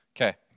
Okay